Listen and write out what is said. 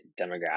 demographic